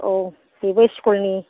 औ बेबो स्कुलनि